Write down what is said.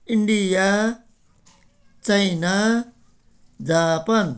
India China Japan